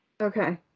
okay